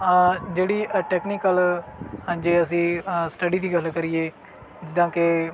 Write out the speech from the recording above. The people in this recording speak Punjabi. ਹਾਂ ਜਿਹੜੀ ਹਾਂ ਅ ਟੈਕਨੀਕਲ ਹਾਂਜੀ ਅਸੀਂ ਅ ਸਟੱਡੀ ਦੀ ਗੱਲ ਕਰੀਏ ਜਿੱਦਾਂ ਕਿ